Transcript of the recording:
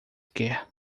quer